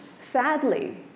Sadly